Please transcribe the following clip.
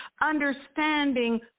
understanding